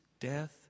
death